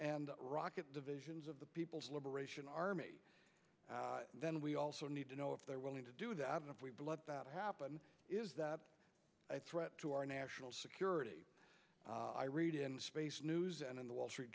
and rocket divisions of the people's liberation army then we also need to know if they're willing to do that and if we let that happen is that a threat to our national security i read in space news and in the wall street